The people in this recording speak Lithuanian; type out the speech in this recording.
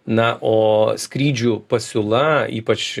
na o skrydžių pasiūla ypač